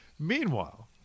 Meanwhile